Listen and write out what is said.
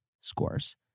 scores